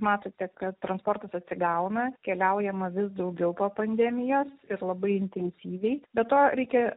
matote kad transportas atsigauna keliaujama vis daugiau po pandemijos ir labai intensyviai be to reikia